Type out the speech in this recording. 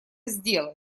сделать